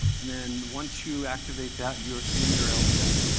and then once you activate that, you're in your lti. i've